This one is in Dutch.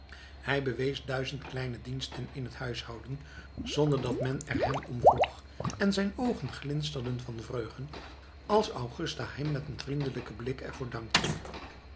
hij bewees duizend kleine diensten in het huishouden zonder dat men er hem om vroeg en zijn oogen glinsterden van vreugde als augusta hem met een vriendelijken blik er voor dankte